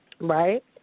right